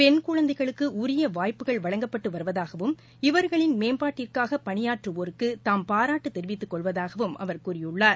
பெண்குழந்தைகளுக்கு உரிய வாய்ப்புகள் வழங்கப்பட்டு வருவதாகவும் இவர்களின் மேம்பாட்டிற்காக பணியாற்றுவோருக்கு தாம் பாராட்டு தெரிவித்து கொள்வதாகவும் அவர் கூறியுள்ளார்